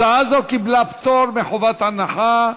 הצעה זו קיבלה פטור מחובת הנחה.